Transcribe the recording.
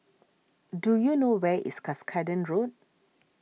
do you know where is Cuscaden Road